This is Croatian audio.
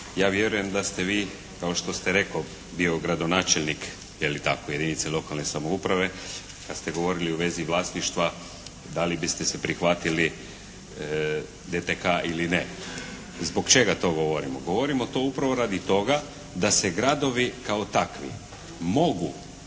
ja vjerujem da ste vi, kao što ste rekli bio gradonačelnik, je li tako, jedinice lokalne samouprave, kad ste govorili u vezi vlasništva da li biste se prihvatili DTK ili ne. Zbog čega to govorimo? Govorimo to upravo radi toga se gradovi kao takvi mogu